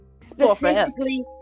Specifically